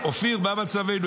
אופיר, מה מצבנו?